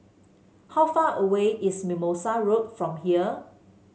how far away is Mimosa Road from here